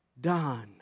done